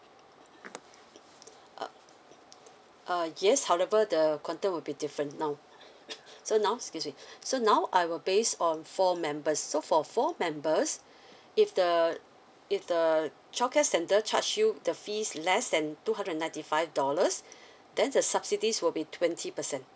uh uh yes however the content would be different now so now excuse me so now I will base on four members so for four members if the if the childcare center charge you the fees less than two hundred ninety five dollars then the subsidies will be twenty percent